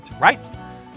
right